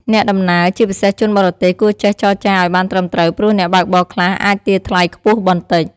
អ្នកដំណើរ ជាពិសេសជនបរទេស គួរចេះចរចាឱ្យបានត្រឹមត្រូវ ព្រោះអ្នកបើកបរខ្លះអាចទារថ្លៃខ្ពស់បន្តិច។